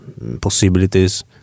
possibilities